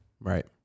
Right